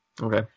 Okay